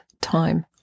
time